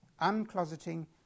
uncloseting